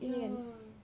ya